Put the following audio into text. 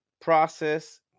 process